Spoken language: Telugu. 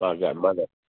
తాజా అమ్మా